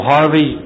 Harvey